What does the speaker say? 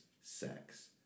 sex